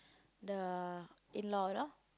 the in law you know